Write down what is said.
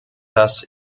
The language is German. dass